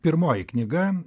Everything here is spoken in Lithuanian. pirmoji knyga